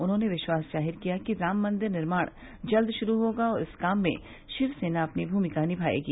उन्होंने विश्वास जाहिर किया कि राम मन्दिर निर्माण जल्द शुरू होगा और इस काम में शिव सेना अपनी भूमिका निभायेगी